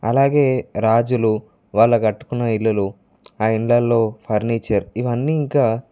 అలాగే రాజులు వాళ్ళ కట్టుకున్నఇల్లులు ఆ ఇళ్లల్లో ఫర్నిచర్ ఇవన్నీ ఇంకా